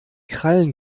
krallen